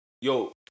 yo